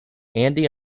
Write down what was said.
andy